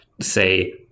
say